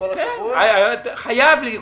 חייב לקבוע.